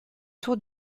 tour